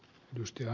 rystyä